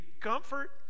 comfort